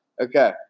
Okay